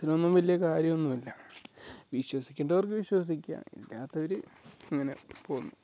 ഇതിനൊന്നും വല്യ കാര്യം ഒന്നും ഇല്ല വിശ്വസിക്കേണ്ടവർക്ക് വിശ്വസിക്കാം ഇല്ലാത്തവർ ഇങ്ങനെ പോവുന്നു